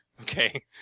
okay